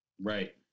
Right